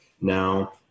now